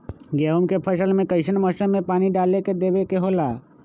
गेहूं के फसल में कइसन मौसम में पानी डालें देबे के होला?